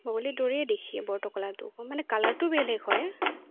বগলীৰ দৰেই দেখি বৰটোকোলাটো মানে কালাৰটো বেলেগ হয়